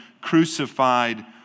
crucified